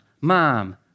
mom